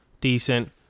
decent